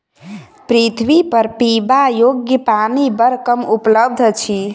पृथ्वीपर पीबा योग्य पानि बड़ कम उपलब्ध अछि